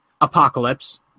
Apocalypse